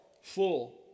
full